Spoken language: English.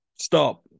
Stop